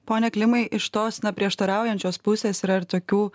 pone klimai iš tos na prieštaraujančios pusės yra ir tokių